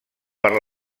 per